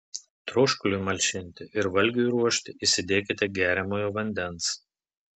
troškuliui malšinti ir valgiui ruošti įsidėkite geriamojo vandens